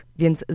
więc